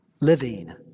living